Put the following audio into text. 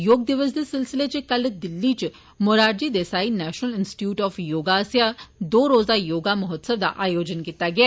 योग दिवस दे सिलसिले इचक ल दिल्ली इच Morarji Desai national institute of yoga आस्सेया दो रोजा योगा महोत्सव दा आयोजन कीत्ता गेआ